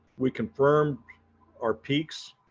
we confirm our peaks,